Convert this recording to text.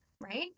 Right